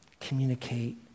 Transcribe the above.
communicate